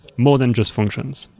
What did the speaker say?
more than just functions.